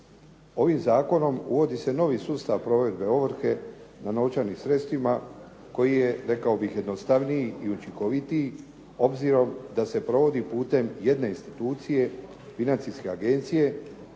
Ovim zakonom uvodi se novi sustav provedbe ovrhe na novčanim sredstvima koji je rekao bih jednostavniji i učinkovitiji obzirom da se provodi putem jedne institucije, financijske agencije,